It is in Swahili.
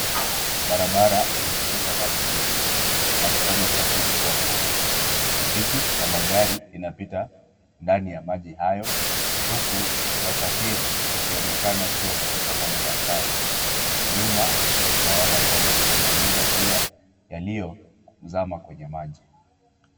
Barabara imefurika maji mengi na kufanya usafiri kuwa ngumu. Pikipiki na magari inapita ndani ya maji hayo, huku wasafiri wakionekana kuwa katika hali ya hatari. Nyuma tunaona kwamba kuna manyumba pia, yaliyozama kwenye maji.